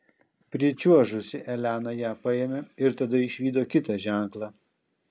pričiuožusi elena ją paėmė ir tada išvydo kitą ženklą